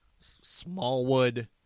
Smallwood